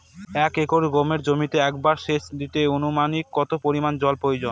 এক একর গমের জমিতে একবার শেচ দিতে অনুমানিক কত পরিমান জল প্রয়োজন?